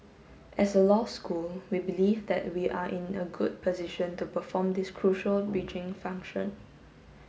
as a law school we believe that we are in a good position to perform this crucial bridging function